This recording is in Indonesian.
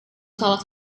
salah